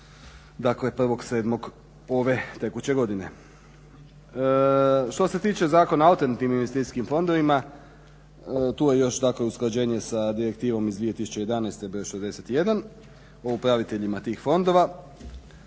dakle 1.7.ove tekuće godine. Što se tiče Zakona o alternativnim investicijskim fondovima tu je još usklađenje sa direktivom iz 2011.broj 61, o upraviteljima tih fondova.